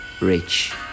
rich